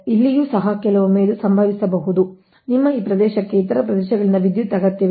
ಇಲ್ಲಿಯೂ ಸಹ ಕೆಲವೊಮ್ಮೆ ಇದು ಸಂಭವಿಸಬಹುದು ಎಂದು ಭಾವಿಸೋಣ ನಿಮ್ಮ ಈ ಪ್ರದೇಶಕ್ಕೆ ಇತರ ಪ್ರದೇಶಗಳಿಂದ ವಿದ್ಯುತ್ ಅಗತ್ಯವಿದೆ